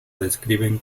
describen